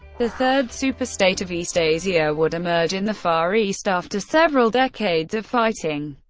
the third superstate of eastasia would emerge in the far east after several decades of fighting.